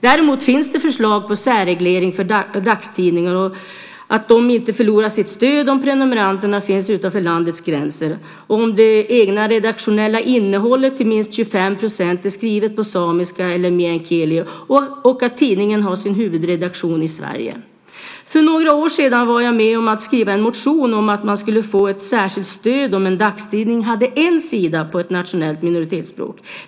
Däremot finns det förslag på särreglering för dagstidningar - att de inte förlorar sitt stöd om prenumeranterna finns utanför landets gränser, att det egna redaktionella innehållet till minst 25 % är skrivet på samiska eller meänkieli och att tidningen har sin huvudredaktion i Sverige. För några år sedan var jag med om att skriva en motion om att man skulle inrätta ett särskilt stöd för dagstidningar som hade en sida på ett nationellt minoritetsspråk.